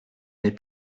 n’ai